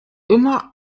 immer